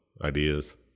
ideas